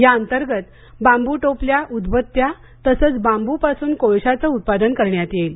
या अंतर्गत बांबू टोपल्या उदबत्त्या तसंच बांबू पासून कोळशाचं उत्पादन करण्यात येईल